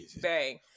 Bang